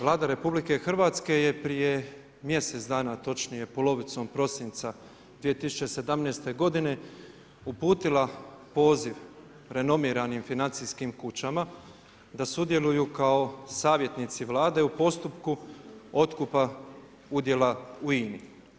Vlada RH je prije mjesec dana, točnije polovicom prosinca 2017. godine uputila poziv renomiranim financijskim kućama da sudjeluju kao savjetnici Vlade u postupku otkupa udjela u INA-i.